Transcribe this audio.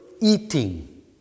eating